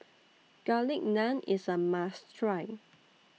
Garlic Naan IS A must Try